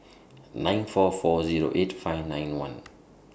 nine four four Zero eight five nine one